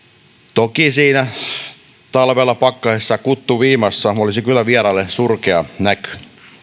toki siinä talvella pakkasessa kuttu viimassa olisi kyllä vieraille surkea näky